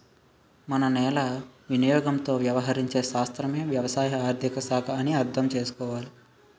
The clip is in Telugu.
మన నేల వినియోగంతో వ్యవహరించే శాస్త్రమే వ్యవసాయ ఆర్థిక శాఖ అని అర్థం చేసుకోవాలి